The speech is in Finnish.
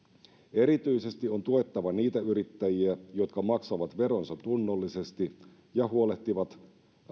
erityisesti on tuettava niitä yrittäjiä jotka maksavat veronsa tunnollisesti ja huolehtivat